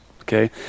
okay